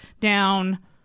down